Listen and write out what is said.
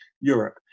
Europe